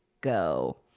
go